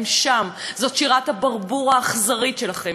הם שם, זאת שירת הברבור האכזרית שלכם.